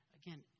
again